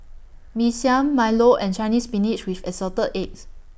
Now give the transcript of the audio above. Mee Siam Milo and Chinese Spinach with Assorted Eggs